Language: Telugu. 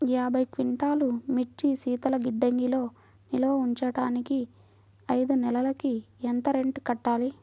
యాభై క్వింటాల్లు మిర్చి శీతల గిడ్డంగిలో నిల్వ ఉంచటానికి ఐదు నెలలకి ఎంత రెంట్ కట్టాలి?